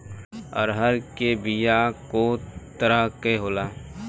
अरहर के बिया कौ तरह के होला?